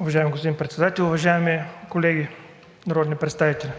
Уважаеми господин Председател, уважаеми колеги народни представители!